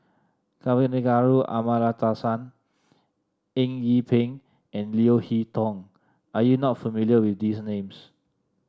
Kavignareru Amallathasan Eng Yee Peng and Leo Hee Tong are you not familiar with these names